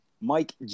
Mike